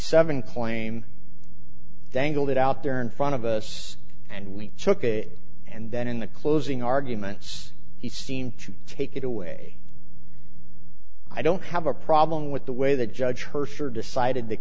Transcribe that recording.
seven claim dangled it out there in front of us and we took it and then in the closing arguments he seemed to take it away i don't have a problem with the way the judge her sure decided th